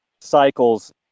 Cycles